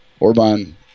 Orban